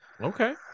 Okay